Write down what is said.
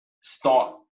start